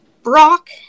Brock